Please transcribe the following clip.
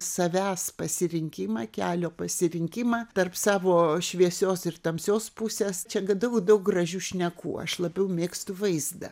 savęs pasirinkimą kelio pasirinkimą tarp savo šviesios ir tamsios pusės čia daug daug gražių šnekų aš labiau mėgstu vaizdą